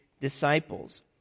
disciples